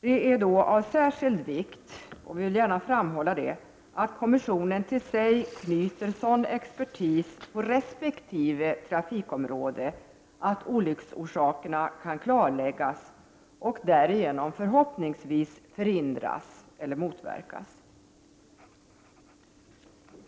Det är då av särskild vikt — jag vill gärna framhålla detta — att kommissionen till sig knyter sådan expertis på resp. trafikområde att olycksorsakerna kan klarläggas och därigenom förhoppningsvis förhindras eller motverkas.